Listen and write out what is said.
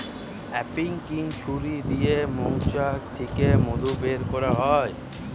uncapping ছুরি দিয়ে মৌচাক থিকে মধু বের কোরা হয়